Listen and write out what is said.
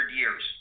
years